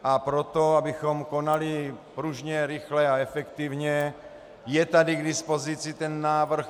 A proto, abychom konali pružně, rychle a efektivně, je tady k dispozici ten návrh.